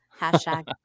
hashtag